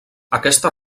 aquesta